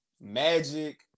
Magic